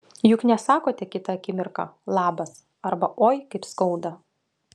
juk nesakote kitą akimirką labas arba oi kaip skauda